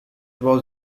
was